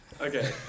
Okay